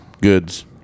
goods